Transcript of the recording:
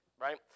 right